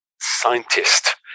scientist